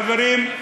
חברים,